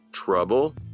Trouble